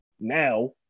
now